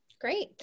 Great